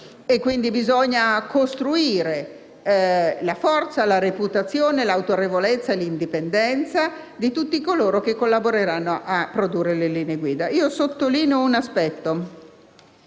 e, quindi, bisogna costruire la forza, la reputazione, l'autorevolezza e l'indipendenza di tutti coloro che collaboreranno a questa attività. Desidero sottolineare un aspetto: